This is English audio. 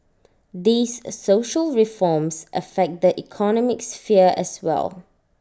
these social reforms affect the economic sphere as well